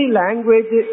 language